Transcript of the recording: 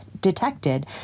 detected